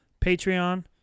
Patreon